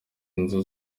inzu